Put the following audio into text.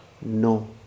No